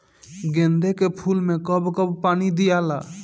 गेंदे के फूल मे कब कब पानी दियाला?